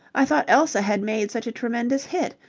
i thought elsa had made such a tremendous hit.